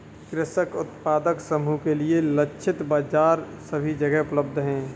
कृषक उत्पादक समूह के लिए लक्षित बाजार सभी जगह उपलब्ध है